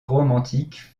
romantique